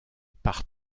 par